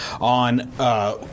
on